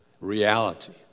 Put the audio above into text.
reality